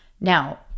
Now